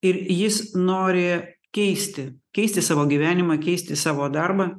ir jis nori keisti keisti savo gyvenimą keisti savo darbą